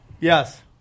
Yes